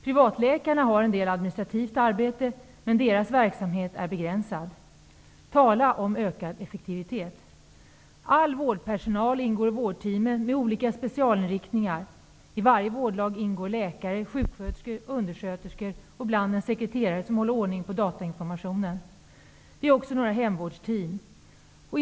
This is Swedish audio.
Privatläkarna har en del administrativt arbete, men deras verksamhet är begränsad. -- Tala om ökad effektivitet! -- All vårdpersonal ingår i vårdteamen med olika specialinriktningar -- i varje vårdlag ingår läkare, sjuksköterskor, undersköterskor och ibland en sekreterare som håller ordning på datainformationen. Vi har också några hemvårdsteam.